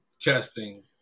Testing